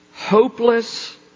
Hopeless